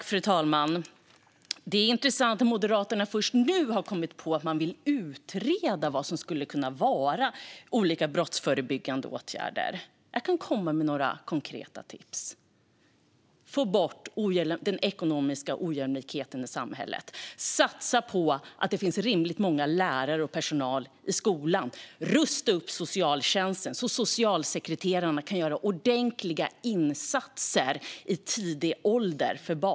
Fru talman! Det är intressant att Moderaterna först nu har kommit på att man vill utreda vad som skulle kunna vara olika brottsförebyggande åtgärder. Jag kan komma med några konkreta tips: att få bort den ekonomiska ojämlikheten i samhället, att satsa på att det finns rimligt många lärare och personal i skolan och att rusta upp socialtjänsten så att socialsekreterarna kan göra ordentliga insatser i tidig ålder för barn.